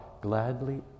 gladly